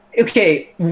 Okay